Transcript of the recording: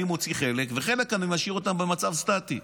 אני מוציא חלק וחלק אני משאיר במצב סטטי,